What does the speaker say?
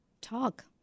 Talk